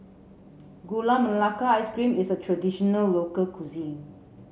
Gula Melaka Ice Cream is a traditional local cuisine